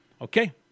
Okay